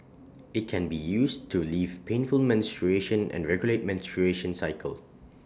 IT can be used to leaf painful menstruation and regulate menstruation cycle